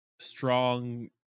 strong